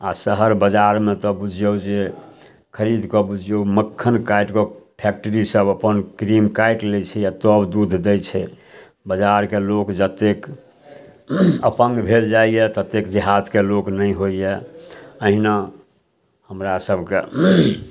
आओर शहर बजारमे तऽ बुझियौ जे खरीदकऽ बुझियौ मक्खन काटिकऽ फैक्ट्री सब अपन क्रीम काटि लै छै आओर तब दूध दै छै बजारके लोक जतेक अपङ्ग भेल जाइए ततेक देहातके लोक नहि होइए अहिना हमरा सबके